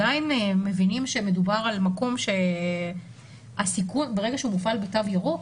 אנחנו עדיין מבינים שמדובר על מקום שברגע שהוא מופעל בתו ירוק,